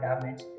damage